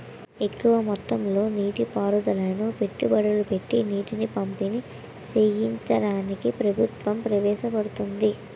ఎక్కువ మొత్తంలో నీటి పారుదలను పెట్టుబడులు పెట్టీ నీటిని పంపిణీ చెయ్యడాన్ని ప్రభుత్వం ప్రవేశపెడుతోంది